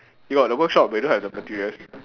you got the workshop but we don't have the materials